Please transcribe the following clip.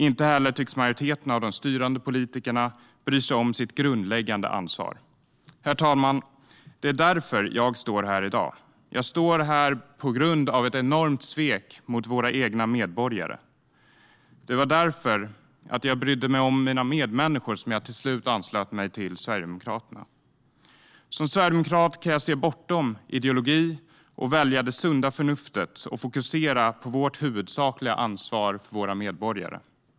Inte heller tycks majoriteten av de styrande politikerna bry sig om sitt grundläggande ansvar. Herr talman! Det är därför jag står här i dag. Jag står här på grund av ett enormt svek mot våra egna medborgare. Det var därför - för att jag brydde mig om mina medmänniskor - som jag till slut anslöt mig till Sverigedemokraterna. Som sverigedemokrat kan jag se bortom ideologi och välja det sunda förnuftet och fokusera på vårt huvudsakliga ansvar för våra medborgare.